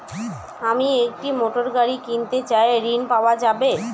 আমি একটি মোটরগাড়ি কিনতে চাই ঝণ পাওয়া যাবে?